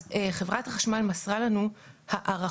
אז חברת החשמל מסרה לנו הערכות